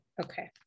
Okay